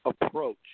approach